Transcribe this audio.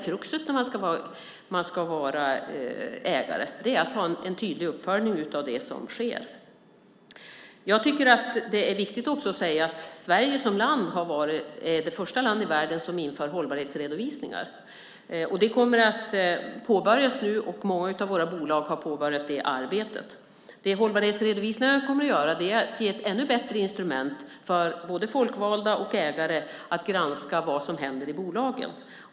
Kruxet som ägare är att ha en tydlig uppföljning av det som sker. Jag tycker att det också är viktigt att säga att Sverige är det första land i världen som inför hållbarhetsredovisningar. Det kommer att påbörjas nu. Många av våra bolag har påbörjat det arbetet. Hållbarhetsredovisningar kommer att ge ett ännu bättre instrument för både folkvalda och ägare att granska vad som händer i bolagen.